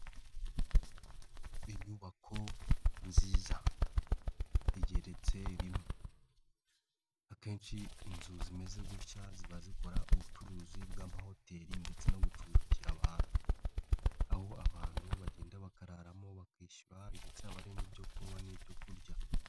Inyubako nziza, igeretse rimwe, akenshi inzu zimeze gutya ziba zikora ubucuruzi bw'amahoteri ndetse no gucumbikira abantu, aho abantu bagenda bakararamo bakishyura ndetse haba hari n'ibyo kunywa n'ibyo kurya.